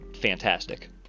fantastic